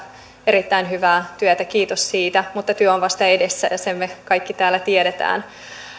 erittäin hyvää työtä kiitos siitä mutta työ on vasta edessä ja sen me kaikki täällä tiedämme